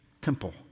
temple